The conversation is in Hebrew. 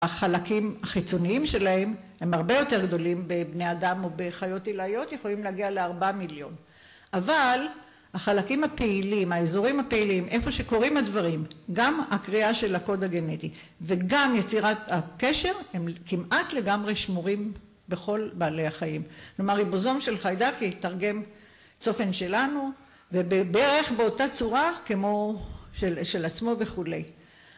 החלקים החיצוניים שלהם, הם הרבה יותר גדולים בבני אדם או בחיות הילאיות, יכולים להגיע לארבעה מיליון. אבל החלקים הפעילים, האזורים הפעילים, איפה שקוראים הדברים, גם הקריאה של הקוד הגנטי וגם יצירת הקשר, הם כמעט לגמרי שמורים בכל בעלי החיים. כלומר, ריבוזום של חיידקי יתרגם צופן שלנו, וברך באותה צורה כמו של עצמו וכולי. תודה רבה.